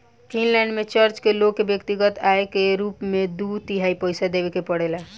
Finland में church के लोग के व्यक्तिगत आय कर के रूप में दू तिहाई पइसा देवे के पड़ेला